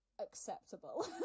acceptable